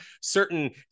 certain